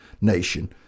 nation